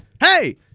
Hey